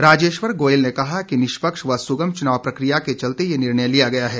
राजेश्वर गोयल ने कहा कि निष्पक्ष व सुगम चुनाव प्रकिया के चलते ये निर्णय लिया गया है